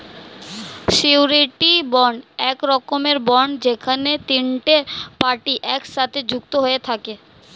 surety bond এক রকমের bond যেখানে তিনটে পার্টি একসাথে যুক্ত হয়ে থাকে